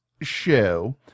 show